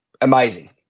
amazing